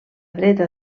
dreta